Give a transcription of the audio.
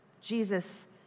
Jesus